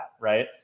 Right